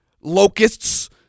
locusts